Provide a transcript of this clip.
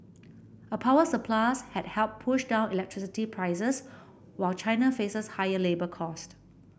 a power surplus has helped push down electricity prices while China faces higher labour cost